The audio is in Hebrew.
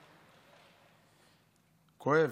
זה כואב,